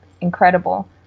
incredible